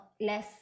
less